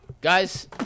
Guys